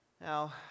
Now